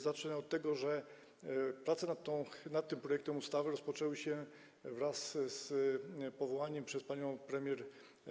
Zacznę od tego, że prace nad tym projektem ustawy rozpoczęły się wraz z powołaniem przez panią premier